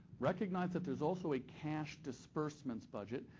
recognize that there's also a cash disbursements budget,